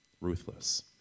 ruthless